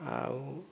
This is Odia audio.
ଆଉ